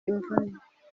imvune